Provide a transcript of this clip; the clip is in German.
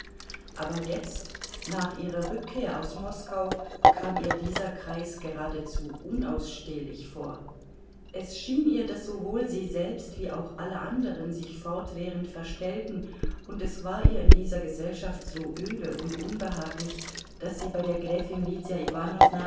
aber jetzt nach ihrer rückkehr aus moskau kam ihr dieser kreis geradezu unausstehlich vor es schien ihr daß sowohl sie selbst wie auch alle anderen sich fortwährend verstellten und es war ihr in dieser gesellschaft so öde und unbehaglich daß sie bei der gräfin lydia